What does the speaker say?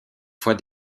fois